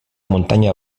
muntanya